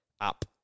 up